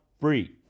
free